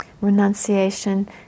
Renunciation